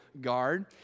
guard